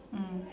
mm